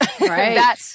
right